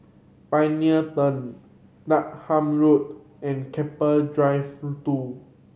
Pioneer Turn Dahan Road and Keppel Drive Two